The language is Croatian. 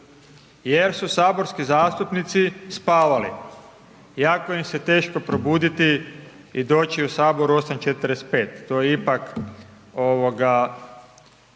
jer su saborski zastupnici spavali, jako im se jako teško probuditi i doći u HS u 8,45 sati, to je ipak,